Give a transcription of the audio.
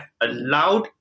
allowed